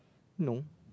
know